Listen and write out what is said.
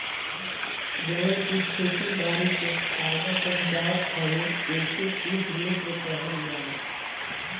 जवन कीट खेती बारी के फायदा पहुँचावत हवे ओके कीट मित्र कहल जाला